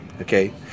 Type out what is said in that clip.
okay